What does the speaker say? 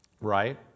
Right